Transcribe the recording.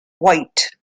white